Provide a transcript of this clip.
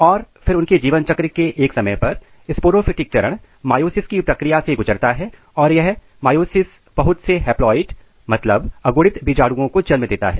और फिर उनके जीवन चक्र के एक समय पर स्पोरोफिटिक चरण मयोसिस की प्रक्रिया से गुजरता है और यह मयोसिस बहुत से हैप्लॉयड अगुणित बीजाणुओं को जन्म देता है